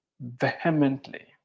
vehemently